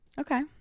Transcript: okay